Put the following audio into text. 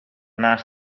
naast